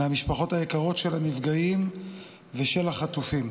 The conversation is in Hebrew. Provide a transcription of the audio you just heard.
מהמשפחות היקרות של הנפגעים ושל החטופים.